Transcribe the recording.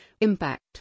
impact